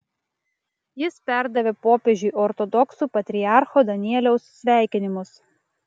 jis perdavė popiežiui ortodoksų patriarcho danieliaus sveikinimus